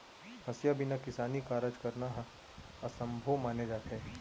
हँसिया बिना किसानी कारज करना ह असभ्यो माने जाथे